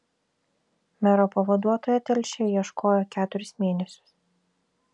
mero pavaduotojo telšiai ieškojo keturis mėnesius